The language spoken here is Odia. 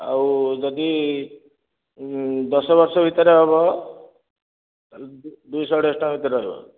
ଆଉ ଯଦି ଦଶ ବର୍ଷ ଭିତରେ ହେବ ଦୁଇ ଶହ ଅଢେଇ ଶହ ଟଙ୍କା ଭିତରେ ରହିବ